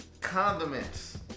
condiments